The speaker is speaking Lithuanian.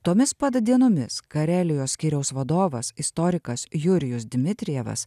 tomis pat dienomis karelijos skyriaus vadovas istorikas jurijus dmitrijevas